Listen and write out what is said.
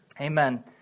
Amen